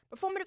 Performative